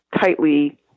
tightly